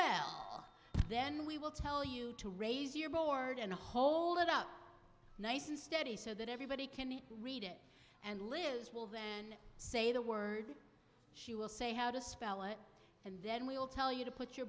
bell then we will tell you to raise your board and hold it up nice and steady so that everybody can read it and liz will then say the word she will say how to spell it and then we'll tell you to put your